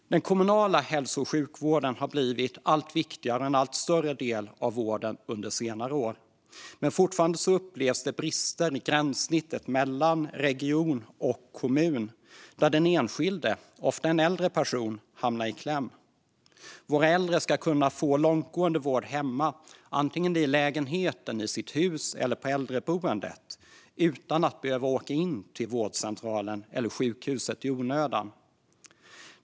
Den kommunala hälso och sjukvården har blivit allt viktigare och en allt större del av vården under senare år. Fortfarande upplevs dock brister i gränssnittet mellan kommun och region, där den enskilde - ofta en äldre person - hamnar i kläm. Våra äldre ska kunna få långtgående vård hemma - vare sig det är i deras lägenhet, i deras hus eller på ett äldreboende - utan att behöva åka in till vårdcentralen eller sjukhuset i onödan.